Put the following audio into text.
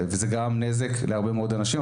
וזה גרם נזק להרבה מאוד אנשים.